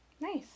Nice